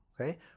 Okay